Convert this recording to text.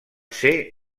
ser